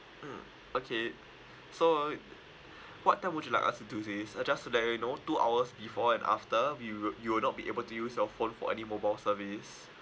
mm okay so what time would you like us do this uh just to let you know two hours before and after we will you will not be able to use your phone for any mobile service